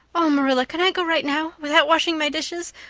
oh, marilla, can i go right now without washing my dishes?